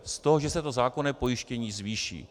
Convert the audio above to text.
Z toho, že se to zákonné pojištění zvýší.